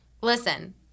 listen